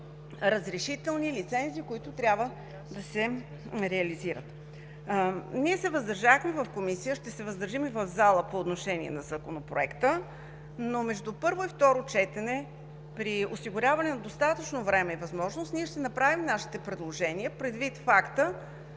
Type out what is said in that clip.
разрешителни, лицензи, които трябва да се реализират. Ние се въздържахме в Комисията, ще се въздържим и в залата по отношение на Законопроекта, но между първо и второ четене, при осигуряване на достатъчно време и възможност, ще си направим нашите предложения, предвид факта,